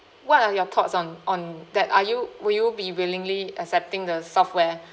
what are your thoughts on on that are you will you be willingly accepting the software